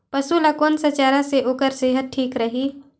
पशु ला कोन स चारा से ओकर सेहत ठीक रही?